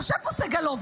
יושב פה סגלוביץ',